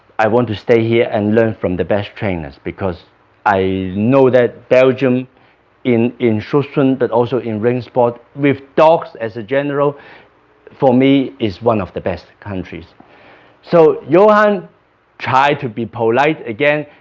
i want to stay here and learn from the best trainers because i know that belgium in in schutzhund, but also in ringspot with dogs as a general for me is one of the best countries so johan tried to be polite again.